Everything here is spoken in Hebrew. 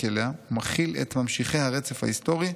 אליה ומכיל את ממשיכי הרצף ההיסטורי,